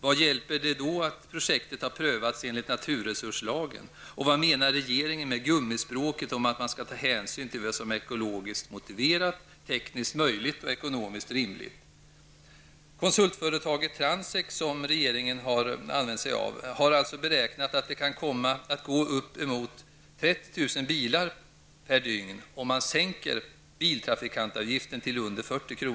Vad hjälper det då att projektet har prövats enligt naturresurslagen? Och vad menar regeringen med gummispråket om att man skall ta hänsyn till vad som är ekologiskt motiverat, tekniskt möjligt och ekonomiskt rimligt? Konsultföretaget Transek, som regeringen använt sig av, har beräknat att det kan komma att gå uppemot 30 000 bilar per dygn på bron om man sänker biltrafikantavgiften till under 40 kr.